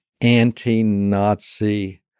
anti-Nazi